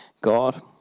God